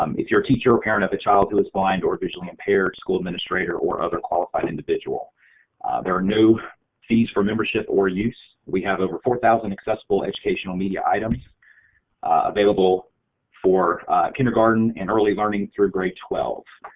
um if you're a teacher or parent of child who is blind or visually impaired, school administrator or other qualified individual there are no fees for membership or use. we have over four thousand accessible educational media items available for kindergarten and early learning through grade twelve.